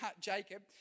Jacob